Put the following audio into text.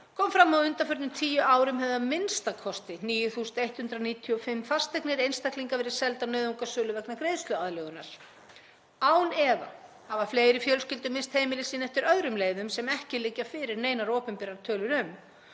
kom fram að á undanförnum tíu árum hefðu a.m.k. 9.195 fasteignir einstaklinga verið seldar nauðungarsölu eða vegna greiðsluaðlögunar. Án efa hafa fleiri fjölskyldur misst heimili sín eftir öðrum leiðum sem ekki liggja fyrir neinar opinberar tölur um.